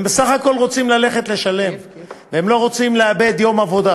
הם בסך הכול רוצים ללכת לשלם והם לא רוצים לאבד יום עבודה,